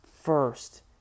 first